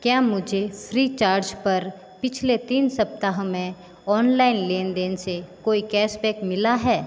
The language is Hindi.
क्या मुझे फ़्री चार्ज पर पिछले तीन सप्ताह में ऑनलाइन लेनदेन से कोई कैशबैक मिला है